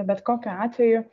bet kokiu atveju